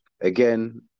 Again